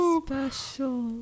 special